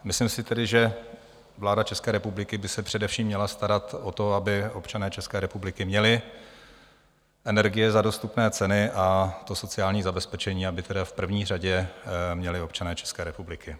Myslím si tedy, že vláda České republiky by se především měla starat o to, aby občané České republiky měli energie za dostupné ceny a sociální zabezpečení, aby tedy v první řadě měli občané České republiky.